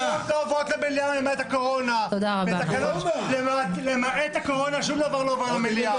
למעט הקורונה שום דבר לא הובא למליאה.